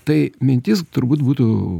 tai mintis turbūt būtų